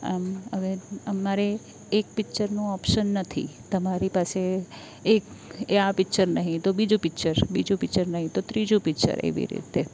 આમ હવે અમારે એક પિક્ચરનું ઓપ્શન નથી તમારી પાસે એક આ પિચ્ચર નહીં તો બીજું પિચ્ચર બીજું પિચ્ચર નહીં તો ત્રીજું પિચ્ચર એવી રીતે